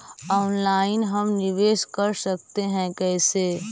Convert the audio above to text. Online हम निवेश कर सकते है, कैसे?